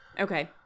Okay